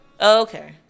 Okay